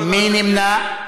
מי נמנע?